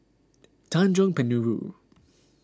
Tanjong Penjuru